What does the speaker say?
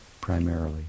primarily